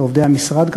לעובדי המשרד,